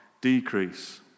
decrease